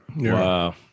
Wow